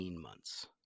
months